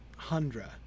Hundra